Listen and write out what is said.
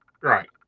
right